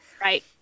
right